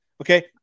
okay